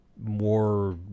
more